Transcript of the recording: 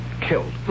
Killed